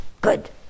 good